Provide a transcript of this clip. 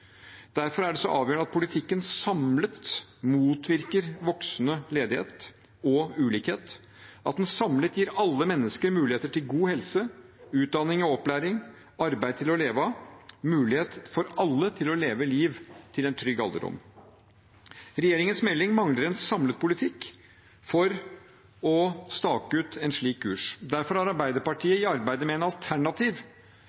Derfor er det så avgjørende at politikken samlet motvirker voksende ledighet og ulikhet, at den samlet gir alle mennesker mulighet til god helse, utdanning og opplæring, arbeid til å leve av, mulighet for alle til å leve liv til en trygg alderdom. Regjeringens melding mangler en samlet politikk for å stake ut en slik kurs. Derfor har